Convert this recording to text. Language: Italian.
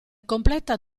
completa